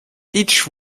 each